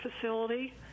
facility